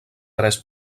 tres